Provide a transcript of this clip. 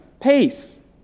peace